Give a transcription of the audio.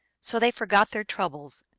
so they forgot their troubles,